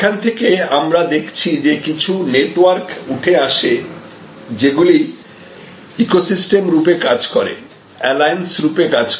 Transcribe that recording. এখান থেকে আমরা দেখছি যে কিছু নেটওয়ার্ক উঠে আসে যেগুলি ইকোসিস্টেম রূপে কাজ করে অ্যালায়েন্স রূপে কাজ করে